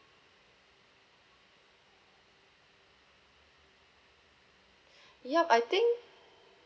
yup I think